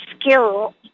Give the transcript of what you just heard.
skill